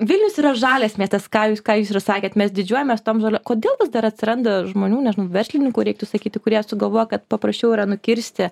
vilnius yra žalias miestas ką jūs ką jūs ir sakėt mes didžiuojamės tom žalio kodėl vis dar atsiranda žmonių nežinau verslininkų reiktų sakyti kurie sugalvojo kad paprasčiau yra nukirsti